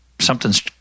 something's